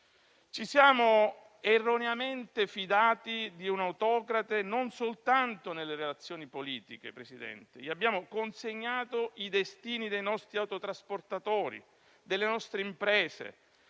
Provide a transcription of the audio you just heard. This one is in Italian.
Ci siamo erroneamente fidati di un autocrate non soltanto nelle relazioni politiche, Presidente; gli abbiamo consegnato i destini dei nostri autotrasportatori, delle nostre imprese,